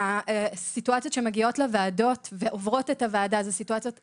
הסיטואציות שמגיעות לוועדות ועוברות את הוועדה הן סיטואציות קשות,